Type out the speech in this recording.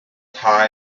thai